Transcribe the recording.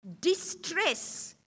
distress